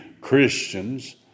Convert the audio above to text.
Christians